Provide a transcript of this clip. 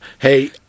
Hey